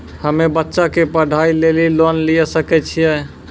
हम्मे बच्चा के पढ़ाई लेली लोन लिये सकय छियै?